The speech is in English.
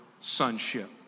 sonship